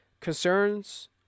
concerns